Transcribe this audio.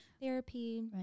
therapy